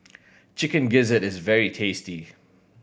Chicken Gizzard is very tasty